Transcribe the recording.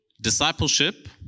discipleship